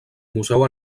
museu